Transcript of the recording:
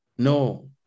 No